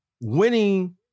Winning